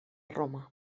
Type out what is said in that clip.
roma